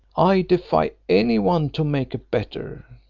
i defy any one to make a better.